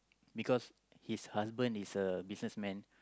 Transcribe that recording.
because his husband is a businessman